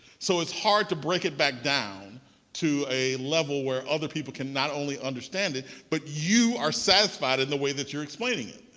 so it's hard to break it back down to a level where other people can not only understand it, but you are satisfied in the way that you're explaining it,